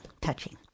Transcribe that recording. touching